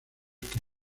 que